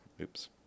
Oops